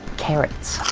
carrots.